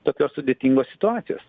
tokios sudėtingos situacijos